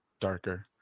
darker